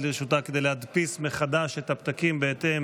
לרשותה כדי להדפיס מחדש את הפתקים בהתאם